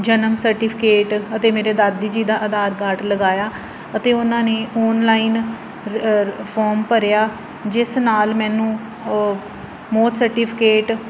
ਜਨਮ ਸਰਟੀਫਿਕੇਟ ਅਤੇ ਮੇਰੇ ਦਾਦੀ ਜੀ ਦਾ ਆਧਾਰ ਕਾਰਡ ਲਗਾਇਆ ਅਤੇ ਉਹਨਾਂ ਨੇ ਆਨਲਾਈਨ ਫੋਰਮ ਭਰਿਆ ਜਿਸ ਨਾਲ ਮੈਨੂੰ ਮੌਤ ਸਰਟੀਫਿਕੇਟ